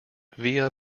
via